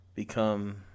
become